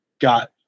got